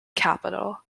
capital